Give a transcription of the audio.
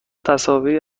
تصاویری